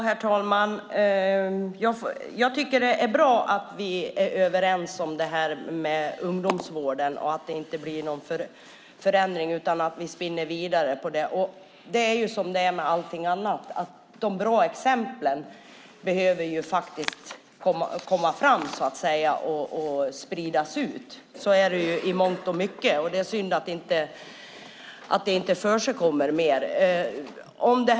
Herr talman! Jag tycker att det är bra att vi är överens om ungdomsvården och att det inte blir någon förändring, utan att vi spinner vidare på det. Det är som med allting annat; de goda exemplen behöver komma fram och spridas ut. Så är det i mångt och mycket, och det är synd att det inte förekommer mer.